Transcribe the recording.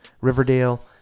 Riverdale